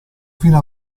fino